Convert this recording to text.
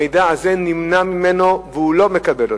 המידע הזה נמנע ממנו והוא לא מקבל אותו.